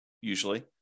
usually